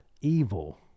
evil